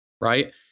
right